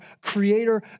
creator